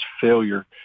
failure